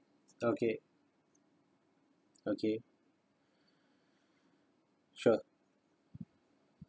okay okay sure